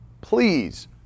Please